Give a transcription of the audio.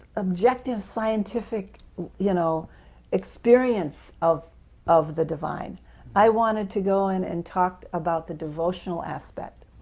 objective, scientific you know experience of of the divine i wanted to go in and talk about the devotional aspect.